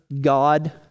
god